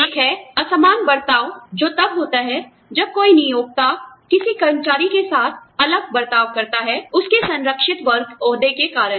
एक है असमान बर्ताव जो तब होता है जब कोई नियोक्ता किसी कर्मचारी के साथ अलग बर्ताव करता है उसके संरक्षित वर्ग ओहदे के कारण